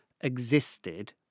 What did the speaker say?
existed